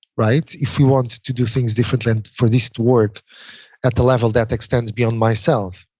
right? if we want to do things differently and for this to work at the level that extends beyond myself.